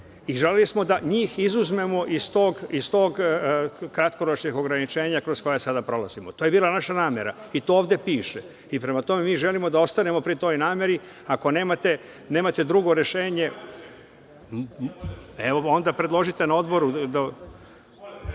Želeli smo da njih izuzmemo iz tih kratkoročnih ograničenja kroz koja sada prolazimo. To je bila naša namera i to ovde piše. I prema tome mi želimo da ostanemo pri toj nameri. Ako nemate drugo rešenje…(Zoran Živković, s mesta: